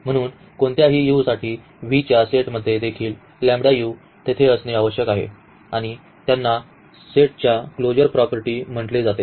म्हणून कोणत्याही u साठी V च्या सेटमध्ये देखील तेथे असणे आवश्यक आहे आणि त्यांना सेटच्या क्लोजर प्रॉपर्टीज म्हटले जाते